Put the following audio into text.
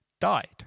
died